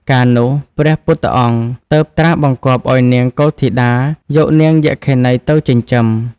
កាលនោះ ព្រះពុទ្ធអង្គ ទើបត្រាស់បង្គាប់ឲ្យនាងកុលធីតាយកនាងយក្ខិនីទៅចិញ្ចឹម។